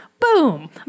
Boom